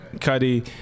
Cuddy